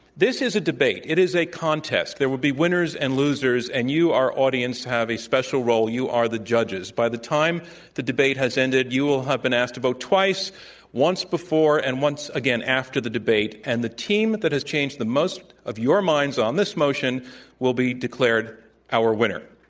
is a debate. it is a contest. there will be winners and losers, and you, our audience, have a special role. you are the judges. by the time the debate has ended, you will have been asked to vote twice once before and once again after the debate. and the team that has changed the most of your minds on this motion will be declared our winner.